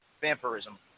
vampirism